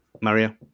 mario